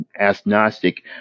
agnostic